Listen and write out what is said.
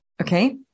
Okay